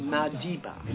Madiba